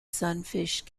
sunfish